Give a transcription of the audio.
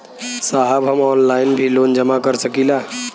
साहब हम ऑनलाइन भी लोन जमा कर सकीला?